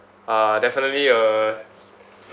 uh definitely uh